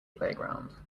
playground